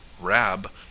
Rab